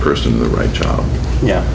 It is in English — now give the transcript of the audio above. person in the right job yeah